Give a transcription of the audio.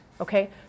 okay